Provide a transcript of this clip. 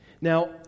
Now